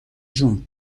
جون